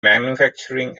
manufacturing